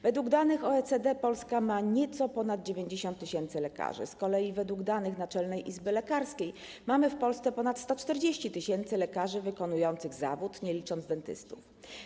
Według danych OECD Polska ma nieco ponad 90 tys. lekarzy, z kolei według danych Naczelnej Izby Lekarskiej mamy w Polsce ponad 140 tys. lekarzy wykonujących zawód, nie licząc dentystów.